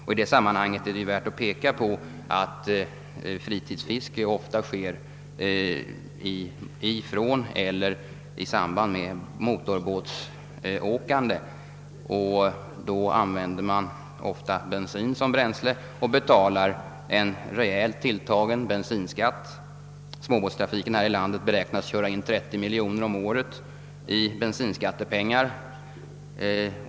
I det sammanhanget är det värt att peka på att fritidsfiske ofta sker från eller i samband med motorbåtsåkande, och då använder man ofta bensin som bränsle och betalar en rejält tilltagen bensinskatt. Småbåtstrafiken här i landet beräknas köra in 30 miljoner kronor om året i bensinskattepengar.